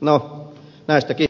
no näistäkin